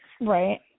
Right